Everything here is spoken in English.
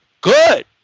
good